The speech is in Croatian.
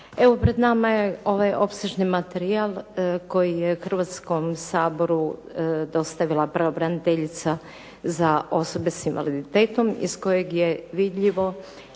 Evo, pred nama je ovaj opsežni materijal koji je Hrvatskom saboru dostavila pravobraniteljica za osobe s invaliditetom iz kojeg je vidljivo